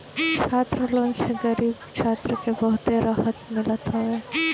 छात्र लोन से गरीब छात्र के बहुते रहत मिलत हवे